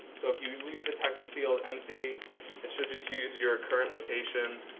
so if you leave the text field empty it should just use your current location.